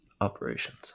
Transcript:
operations